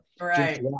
right